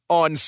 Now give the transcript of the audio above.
on